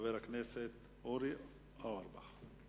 חבר הכנסת אורי אורבך.